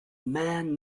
man